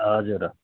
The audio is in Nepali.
हजुर हो